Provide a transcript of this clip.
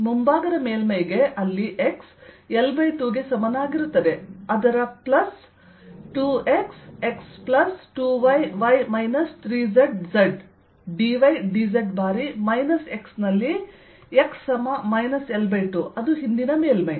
ಮುಂಭಾಗದ ಮೇಲ್ಮೈಗೆ ಅಲ್ಲಿ xL2 ಗೆ ಸಮನಾಗಿರುತ್ತದೆ ಅದರ plus 2x x plus 2y y minus 3z z dy dz ಬಾರಿ ಮೈನಸ್ x ನಲ್ಲಿ x L2 ಅದು ಹಿಂದಿನ ಮೇಲ್ಮೈ